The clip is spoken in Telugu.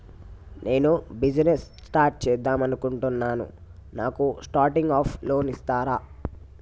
నేను బిజినెస్ స్టార్ట్ చేద్దామనుకుంటున్నాను నాకు స్టార్టింగ్ అప్ లోన్ ఇస్తారా?